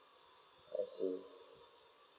I see